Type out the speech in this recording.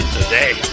today